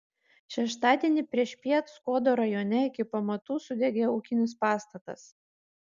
šeštadienį priešpiet skuodo rajone iki pamatų sudegė ūkinis pastatas